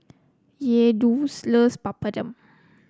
Yehuda loves Papadum